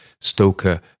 Stoker